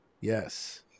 Yes